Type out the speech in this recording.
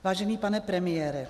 Vážený pane premiére.